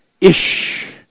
Ish